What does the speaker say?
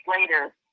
later